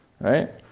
Right